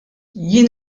jien